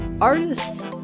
artists